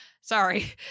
sorry